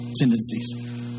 tendencies